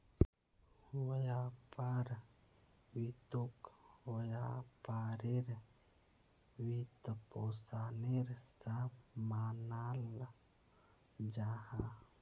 व्यापार वित्तोक व्यापारेर वित्त्पोशानेर सा मानाल जाहा